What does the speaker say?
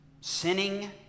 sinning